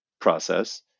process